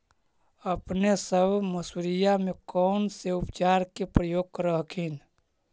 अपने सब मसुरिया मे कौन से उपचार के प्रयोग कर हखिन?